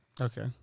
Okay